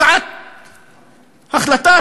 הצעת החלטה,